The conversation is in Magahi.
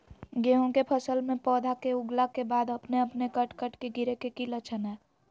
गेहूं के फसल में पौधा के उगला के बाद अपने अपने कट कट के गिरे के की लक्षण हय?